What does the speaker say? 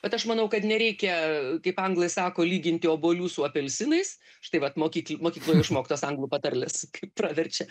bet aš manau kad nereikia kaip anglai sako lyginti obuolių su apelsinais štai vat mokykl mokykloj išmoktos anglų patarlės kaip praverčia